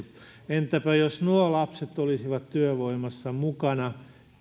entäpä jos nuo lapset olisivat työvoimassa mukana